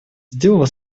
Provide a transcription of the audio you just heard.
сделала